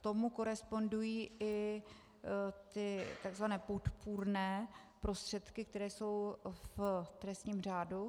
Tomu korespondují i ty takzvané podpůrné prostředky, které jsou v trestním řádu.